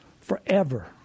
forever